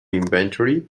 inventory